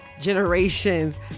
generations